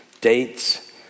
dates